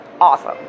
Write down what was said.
awesome